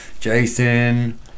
Jason